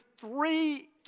three